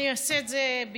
אני אעשה את זה בקצרה.